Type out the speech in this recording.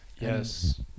Yes